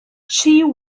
she